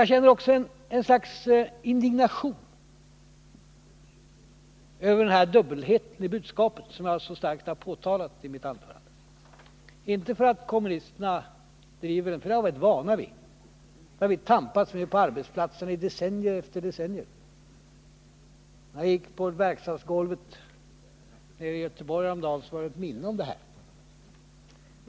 Jag känner också ett slags indignation över dubbelheten i budskapet, som jag så starkt har påtalat i mitt anförande. Men det är inte för att kommunisterna driver en dubbelbottnad propaganda, den är vi vana vid. Decennium efter decennium har vi tampats med dem på arbetsplatserna. När jag gick på verkstadsgolvet i Göteborg häromdagen påmindes jag om det här.